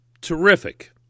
terrific